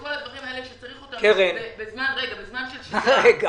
וכל הדברים שצריך אותם בזמן של שגרה,